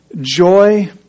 Joy